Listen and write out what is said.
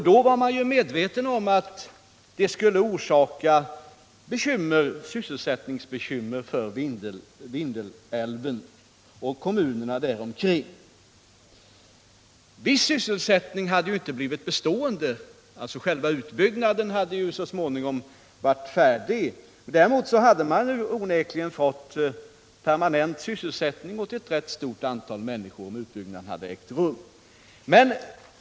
Då var man ju medveten om att det skulle orsaka sysselsättningsbekymmer för människorna vid Vindelälven och kommunerna där omkring. Viss sysselsättning hade naturligtvis inte kunnat bli bestående — själva utbyggnaden hade ju så småningom blivit färdig — men däremot hade man onekligen fått permanent sysselsättning åt ett rätt stort antal människor, om utbyggnaden hade ägt rum.